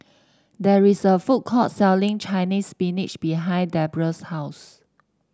there is a food court selling Chinese Spinach behind Deborrah's house